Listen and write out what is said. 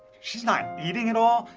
she's not eating at all.